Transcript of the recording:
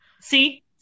See